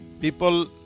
people